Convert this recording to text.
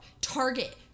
Target